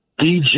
DJ